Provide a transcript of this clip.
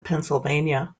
pennsylvania